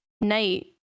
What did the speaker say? night